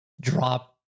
drop